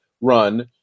run